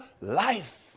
life